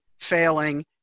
failing